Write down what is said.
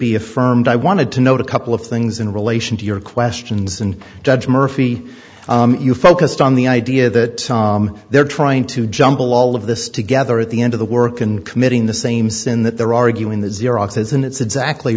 affirmed i wanted to note a couple of things in relation to your questions and judge murphy you focused on the idea that they're trying to jumble all of this together at the end of the work and committing the same sin that they're arguing the xerox isn't it's exactly